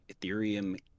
ethereum